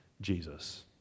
Jesus